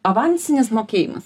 avansinis mokėjimas